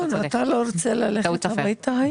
ינון, אתה לא רוצה ללכת הביתה היום?